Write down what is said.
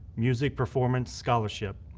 music performance scholarship.